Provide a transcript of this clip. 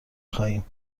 خواهیم